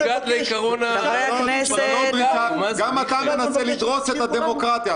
--- גם אתה מנסה לדרוס את הדמוקרטיה.